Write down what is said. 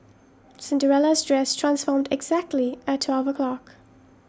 Cinderella's dress transformed exactly at twelve o'clock